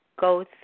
go